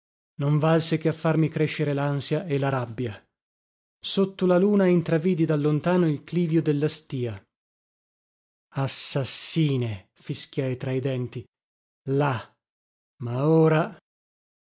non valse che a farmi crescer lansia e la rabbia sotto la luna intravidi da lontano il clivio della stìa assassine fischiai tra i denti là ma ora